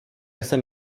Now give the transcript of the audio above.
jsem